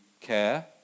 care